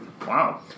Wow